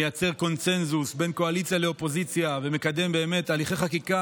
מייצר קונסנזוס של קואליציה ואופוזיציה ומקדם הליכי חקיקה